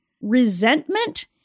resentment